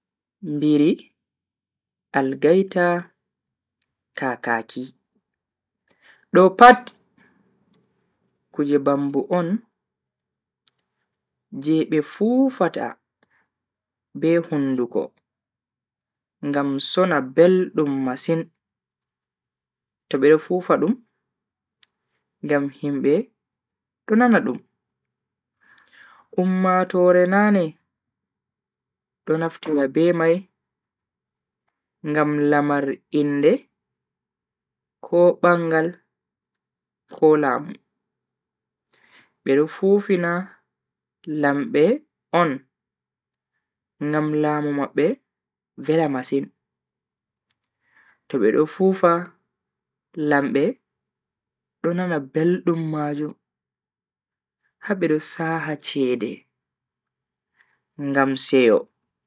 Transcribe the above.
Mbiri, algaita, kakaaki. Do pat kuje bambu on je be fufata be hunduko ngam sona beldum masin to be do fufa dum ngam himbe do nana dum. Ummatoore nane do naftira be mai ngam lamar inde ko bangal ko laamu. Be do fufina lambe on ngam laamu mabbe vela masin. to be do fufa lambe do nana beldum majum ha bedo saha cede ngam seyo.